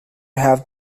have